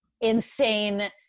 insane